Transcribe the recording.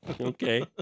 Okay